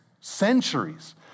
centuries